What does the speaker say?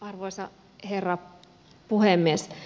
arvoisa herra puhemies